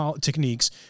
techniques